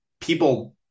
people